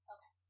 Okay